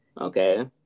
okay